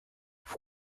vous